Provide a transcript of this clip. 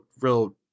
real